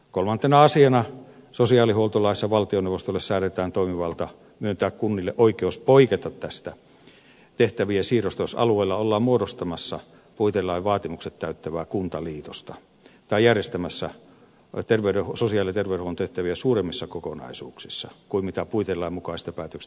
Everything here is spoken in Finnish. kolmantena asiana sosiaalihuoltolaissa valtioneuvostolle säädetään toimivalta myöntää kunnille oikeus poiketa tästä tehtävien siirrosta jos alueella ollaan muodostamassa puitelain vaatimukset täyttävää kuntaliitosta tai järjestämässä sosiaali ja terveydenhuollon tehtäviä suuremmissa kokonaisuuksissa kuin puitelain mukaisista päätöksistä johtuu